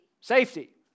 Safety